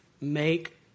Make